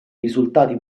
risultati